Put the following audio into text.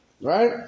right